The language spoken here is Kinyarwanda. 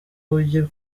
ujya